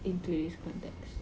in today's context